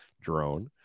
drone